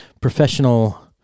professional